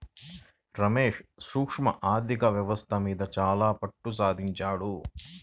రమేష్ సూక్ష్మ ఆర్ధిక వ్యవస్థ మీద చాలా పట్టుసంపాదించాడు